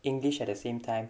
english at the same time